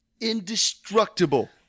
Indestructible